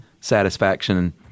satisfaction